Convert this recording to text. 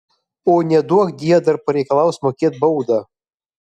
o neduokdie dar pareikalaus mokėt baudą